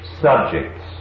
subjects